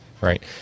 Right